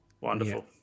Wonderful